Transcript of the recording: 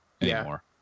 anymore